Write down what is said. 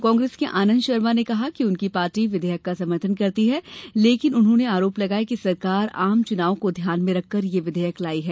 कांग्रेस के आनंद शर्मा ने कहा कि उनकी पार्टी विधेयक का समर्थन करती है लेकिन उन्होंने आरोप लगाया कि सरकार आम चुनाव को ध्यान में रखकर यह विधेयक लाई है